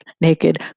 naked